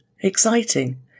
exciting